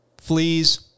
fleas